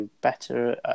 better